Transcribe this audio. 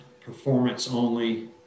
performance-only